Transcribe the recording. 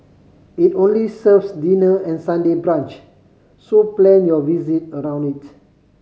it only serves dinner and Sunday brunch so plan your visit around it